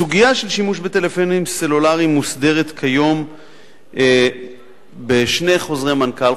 הסוגיה של שימוש בטלפונים סלולריים מוסדרת כיום בשני חוזרי מנכ"ל.